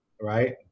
right